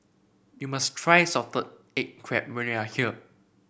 you must try Salted Egg Crab when you are here